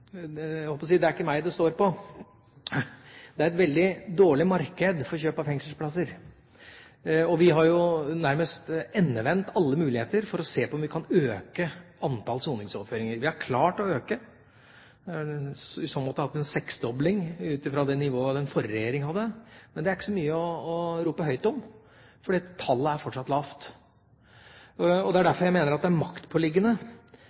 – jeg holdt på å si – det er ikke meg det står på! Det er et veldig dårlig marked for kjøp av fengselsplasser. Vi har nærmest endevendt alle muligheter for å se om vi kan øke antall soningsoverføringer. Vi har klart å øke, og i så måte hatt en seksdobling i forhold til det nivået den forrige regjeringen hadde. Men det er ikke så mye å rope høyt om, for tallet er fortsatt lavt. Det er